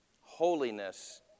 Holiness